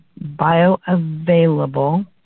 bioavailable